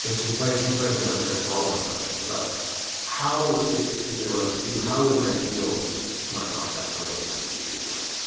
this might this might be an entry on follow-on question, but how if if it were up to you, how would an ideal smart contract program and language be designed?